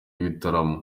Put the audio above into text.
ibitaramo